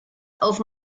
auf